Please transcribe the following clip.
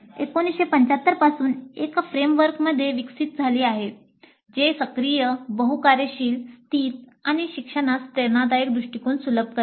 ADDIE 1975 पासून एक फ्रेमवर्कमध्ये विकसित झाले आहे जे सक्रिय बहु कार्यशील स्थित आणि शिक्षणास प्रेरणादायक दृष्टिकोन सुलभ करते